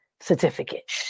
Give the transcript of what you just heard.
certificate